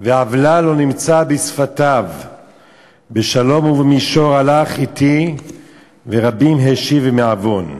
ועַוְלָה לא נמצא בשפתיו בשלום ובמישור הלך אתי ורבים השיב מעָוֹן".